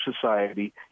society